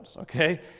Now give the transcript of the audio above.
okay